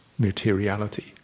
materiality